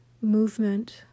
movement